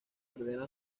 ordena